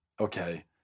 okay